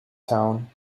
town